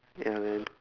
ya man